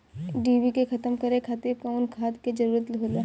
डिभी के खत्म करे खातीर कउन खाद के जरूरत होला?